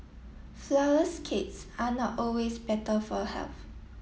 flourless cakes are not always better for health